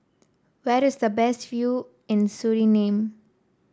where is the best view in Suriname